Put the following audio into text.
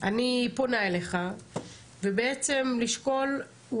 אני פונה אליך ובעצם לשקול.